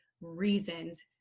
reasons